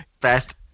Best